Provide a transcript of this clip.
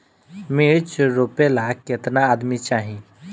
मिर्च रोपेला केतना आदमी चाही?